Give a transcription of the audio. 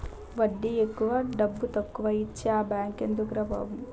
వడ్డీ ఎక్కువ డబ్బుతక్కువా ఇచ్చే ఆ బేంకెందుకురా బాబు